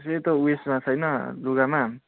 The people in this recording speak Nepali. सेतो उएसमा छैन लुगामा